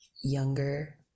younger